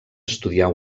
estudiar